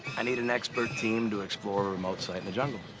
i need an expert team to explore a remote site in the jungle.